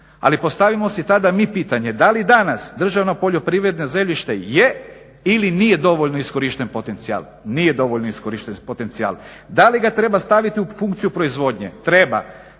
Ali postavimo si tad mi pitanje, da li danas državno poljoprivredno zemljište je ili nije dovoljno iskorišten potencijal. Nije dovoljno iskorišten potencijal. Da li ga treba staviti u funkciju proizvodnje, treba.